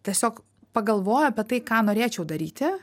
tiesiog pagalvoju apie tai ką norėčiau daryti